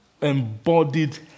embodied